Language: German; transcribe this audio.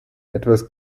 etwas